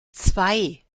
zwei